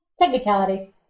Technicality